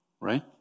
Right